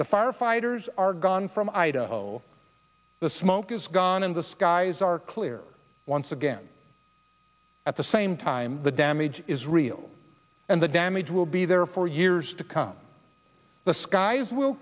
the fire fighters are gone from idaho the smoke is gone and the skies are clear once again at the same time the damage is real and the damage will be there for years to come the skies will